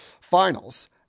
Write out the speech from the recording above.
Finals